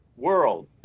World